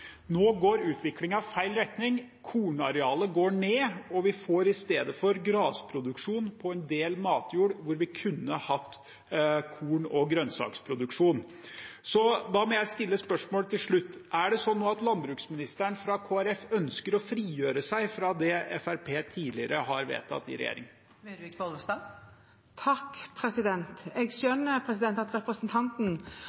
Nå går utviklingen i feil retning. Kornarealet går ned, og vi får i stedet grasproduksjon på en del matjord hvor vi kunne hatt korn- og grønnsaksproduksjon. Da må jeg stille et spørsmål til slutt: Er det sånn nå at landbruksministeren fra Kristelig Folkeparti ønsker å frigjøre seg fra det Fremskrittspartiet tidligere har vedtatt?